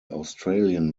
australian